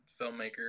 filmmaker